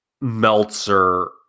Meltzer